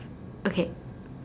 okay